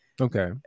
okay